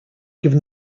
given